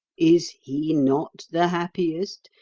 is he not the happiest,